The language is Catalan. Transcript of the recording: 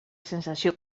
sensació